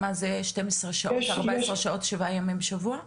שתים עשרה שעות, ארבע עשרה שעות, שבעה ימים בשבוע?